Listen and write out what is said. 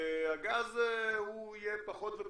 והגז הוא יהיה פחות ופחות,